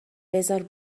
بزار